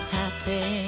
happy